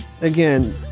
again